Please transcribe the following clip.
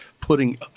putting